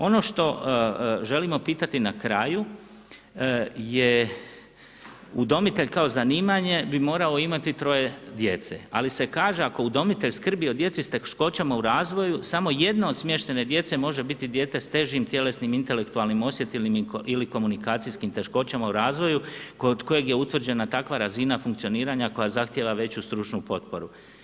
Ono što želimo pitati na kraju je udomitelj kao zanimanje bi morao imati troje djece, ali se kaže ako udomitelj skrbi o djeci sa teškoćama u razvoju, samo jedna od smještajne djece može biti dijete sa težim tjelesnim, intelektualnim, osjetilnim ili komunikacijskim teškoćama u razvoju kod kojih je utvrđena takva razina funkcioniranja koja zahtjeva veću stručnu potporu.